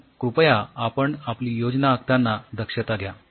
पण कृपया आपण आपली योजना आखताना दक्षता घ्या